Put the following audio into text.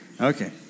Okay